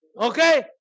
Okay